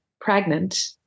Pregnant